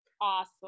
Awesome